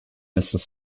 mrs